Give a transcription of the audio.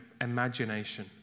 imagination